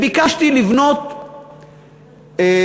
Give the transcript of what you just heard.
ביקשתי לבנות תוספות.